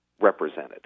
represented